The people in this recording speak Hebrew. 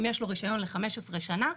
אם יש לו רישיון ל-15 שנה,